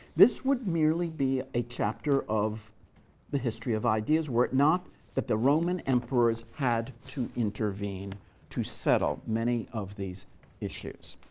this would merely be a chapter of the history of ideas, were it not that the roman emperors had to intervene to settle many of these issues.